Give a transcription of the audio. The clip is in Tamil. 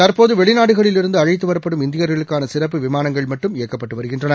தற்போதுவெளிநாடுகளில் இருந்துஅழைத்துவரப்படும் இந்தியா்களுக்காசிறப்பு விமானங்கள் மட்டும் இயக்கப்பட்டுவருகின்றன